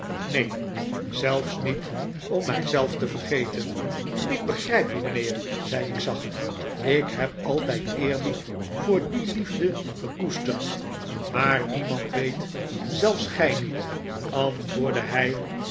neen zelfs niet om mij zelf te vergeten ik begrijp u mijnheer zei ik zacht ik heb altijd eerbied voor die liefde gekoesterd maar niemand weet zelfs gij niet antwoordde hij